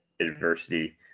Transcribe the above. adversity